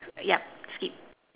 yup skip